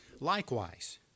Likewise